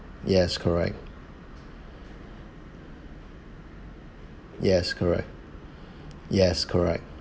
yes correct yes correct yes correct